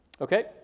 Okay